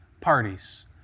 parties